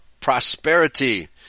prosperity